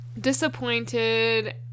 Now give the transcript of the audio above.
disappointed